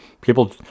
People